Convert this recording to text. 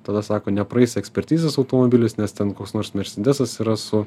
tada sako nepraeis ekspertizės automobilis nes ten koks nors mersedesas yra su